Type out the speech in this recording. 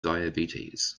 diabetes